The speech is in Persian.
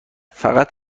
فقط